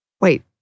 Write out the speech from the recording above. wait